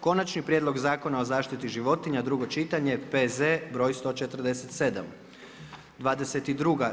Konačni prijedlog Zakona o zaštiti životinja, drugo čitanje, P.Z. br. 147. 22.